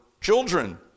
children